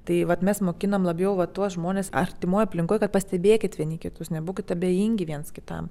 tai vat mes mokinam labiau va tuos žmones artimoj aplinkoj kad pastebėkit vieni kitus nebūkite abejingi viens kitam